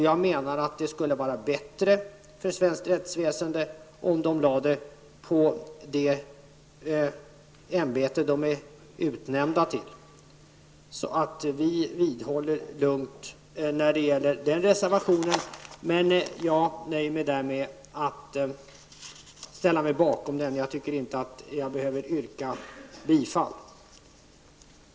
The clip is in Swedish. Jag menar att det skulle vara bättre för svenskt rättsväsende om de använde sina resurser i det ämbete som de är utnämnda till. Vi vidhåller vår uppfattning när det gäller den reservationen. Jag nöjer mig med att ställa mig bakom den utan att yrka bifall.